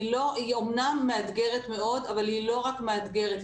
היא אמנם מאתגרת מאוד אבל היא לא רק מאתגרת,